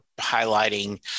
highlighting